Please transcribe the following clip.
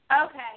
Okay